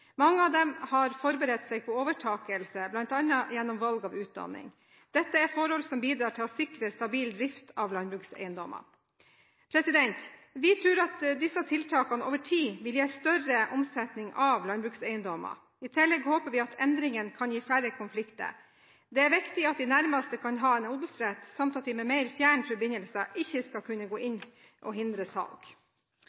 Mange av dem har forberedt seg på overtakelse, bl.a. gjennom valg av utdanning. Dette er forhold som bidrar til å sikre stabil drift av landbrukseiendommer. Vi tror disse tiltakene over tid vil gi større omsetning av landbrukseiendommer. I tillegg håper vi endringene kan gi færre konflikter. Det er viktig at de nærmeste kan ha en odelsrett, samt at de med mer fjern forbindelse ikke skal kunne gå